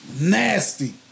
Nasty